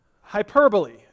hyperbole